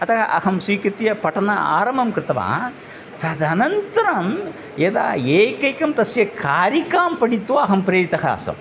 अतः अहं स्वीकृत्य पठनारम्भं कृतवान् तदनन्तरं यदा एकेकं तस्य कारिकां पठित्वा अहं प्रेरितः आसम्